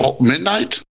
midnight